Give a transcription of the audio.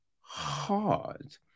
hard